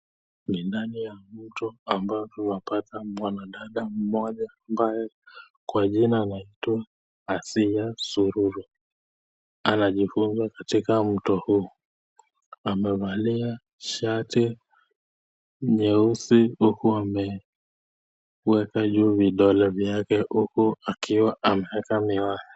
Ni ndani ya mto ambaye tunapata mwanadada mmoja ambaye kwa jina anaitwa Asiya sururu. Anajifunza katika mtoto huu. Amevalia shati nyeusi huku ameweka juu vidole vyake huku akiwa ameeka miwani.